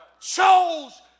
chose